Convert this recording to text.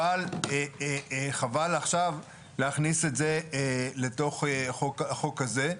אבל חבל להכניס אותו לתוך החוק הזה.